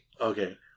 Okay